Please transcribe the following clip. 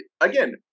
Again